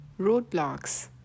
roadblocks